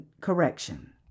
correction